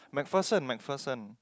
MacPherson MacPherson